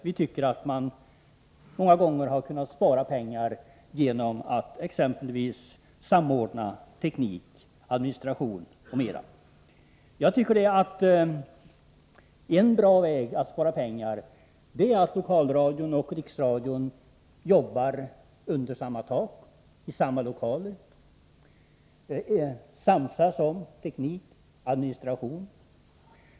Vi tycker att man många gånger borde ha kunnat spara pengar genom att exempelvis samordna teknik, administration m.m. En bra väg att spara pengar är att Lokalradion och Riksradion jobbar under samma tak, i samma lokaler, samsas om teknik och administration.